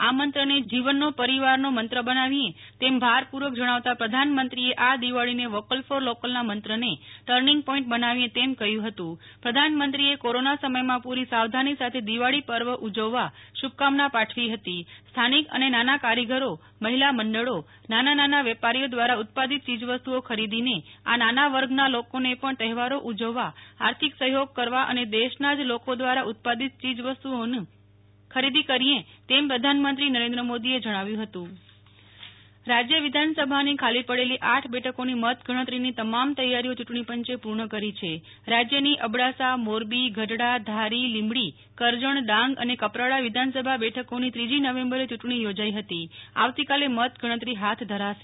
આ મંત્રને જીવનનો પરિવારનો મંત્ર બનાવીએ તેમ ભારપૂ ર્વક જણાવતા પ્રધાનમંત્રીએ આ દિવાળીને વોકલ ફોર લોકલના મંત્રને ટર્નિંગ પોઈન્ટ બનાવીએ તેમ કહ્યું હતું પ્રધાનમંત્રીએ કોરોના સમયમાં પૂ રી સાવધાની સાથે દિવાળી પર્વ ઉજવવા શુ ભકામના પાઠવી હતી સ્થાનિક અને નાના કારીગરો મહિલા મંડળો નાના નાના વેપારીઓ દ્વારા ઉત્પાદિત ચીજવસ્તુ ઓ ખરીદીને આ નાના વર્ગના લોકોને પણ તહેવારો ઉજવવા આર્થિક સહયોગ કરવા અને દેશના જ લોકો દ્વારા ઉત્પાદિત ચીજવસ્તુ ઓની ખરીદી કરીએ તેમ પ્રધાનમંત્રી નરેન્દ્ર મોદીએ જણાવ્યું હતું નેહ્લ ઠક્કર પેટા ચું ટણી મં તગણતરી રાજ્ય વિધાનસભાની ખાલી પડેલી આઠ બેઠકોની મત ગણતરીની તમામ તૈયારીઓ યૂં ટણીપં ચે પૂ ર્ણ કરી છે રાજ્યની અબડાસામોરબી ગઢડા ધારી લીંબડી કરજણ ડાંગ અને કપરાડા વિધાનસભા બેઠકોની ત્રીજી નવેમ્બરે યૂં ટણી યોજાઇ હતીઆવતીકાલે મતગણતરી હાથ ધરાશે